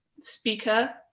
speaker